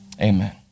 Amen